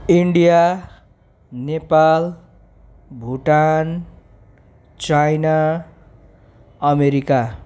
India Nepal Bhutan China America